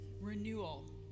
Renewal